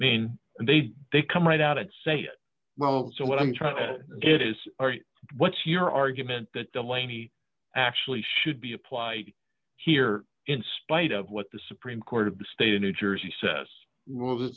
then they do they come right out and say well so what i'm trying to get is what's your argument that the laney actually should be applied here in spite of what the supreme court of the state of new jersey says w